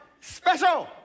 special